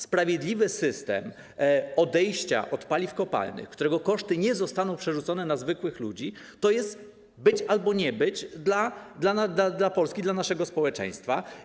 Sprawiedliwy system odejścia od paliw kopalnych, którego koszty nie zostaną przerzucone na zwykłych ludzi, to jest być albo nie być dla Polski, dla naszego społeczeństwa.